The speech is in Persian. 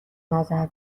نظر